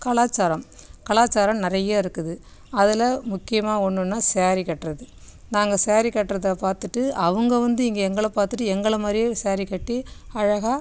கலாச்சாரம் சலாச்சாரம் நிறைய இருக்குது அதில் முக்கியமாக ஒன்னுன்னால் ஸேரீ கட்டுறது நாங்கள் ஸேரீ கட்டுறத பார்த்துட்டு அவங்க வந்து இங்கே எங்களை பார்த்துட்டு எங்களை மாதிரியே ஸேரீ கட்டி அழகாக